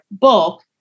bulk